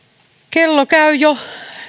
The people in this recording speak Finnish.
kello käy jo